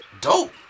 dope